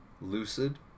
lucid